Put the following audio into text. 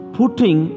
putting